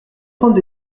prendre